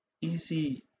easy